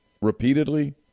repeatedly